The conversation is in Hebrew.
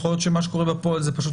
יכול להיות שמה שקורה בפועל זה פשוט